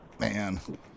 Man